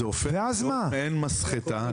ואז זה הופך להיות מעין מסחטה.